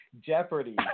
Jeopardy